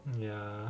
ya